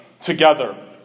together